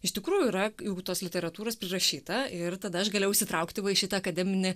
iš tikrųjų yra tos literatūros prirašyta ir tada aš galėjau įsitraukti va į šitą akademinį